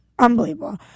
unbelievable